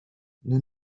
nous